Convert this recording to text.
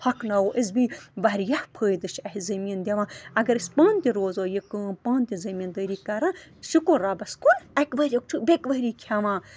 ہۄکھناوو أسۍ بیٚیہِ واریاہ فٲیدٕ چھِ اَسہِ زٔمیٖن دِوان اگر أسۍ پانہٕ تہِ روزو یہِ کٲم پانہٕ تہِ زٔمیٖندٲری کران شُکُر رۄبس کُن اَکہِ ؤری یُک چھُ بیٚکہِ ؤری کھٮ۪وان